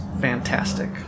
fantastic